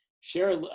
share